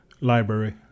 library